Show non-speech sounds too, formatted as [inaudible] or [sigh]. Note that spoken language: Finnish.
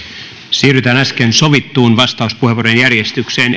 siirrytään äsken sovittuun vastauspuheenvuorojen järjestykseen [unintelligible]